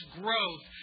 growth